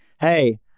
hey